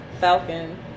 Falcon